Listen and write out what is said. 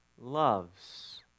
loves